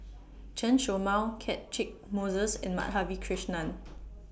Chen Show Mao Catchick Moses and Madhavi Krishnan